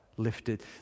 Lifted